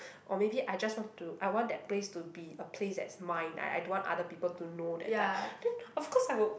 or maybe I just want to I want that place to be a place that's mine I I don't want other people to know that type then of course I will